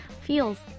feels